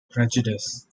prejudice